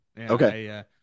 Okay